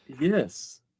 Yes